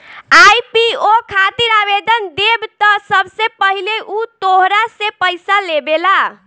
IPO खातिर आवेदन देबऽ त सबसे पहिले उ तोहरा से पइसा लेबेला